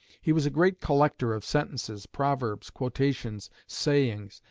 he was a great collector of sentences, proverbs, quotations, sayings,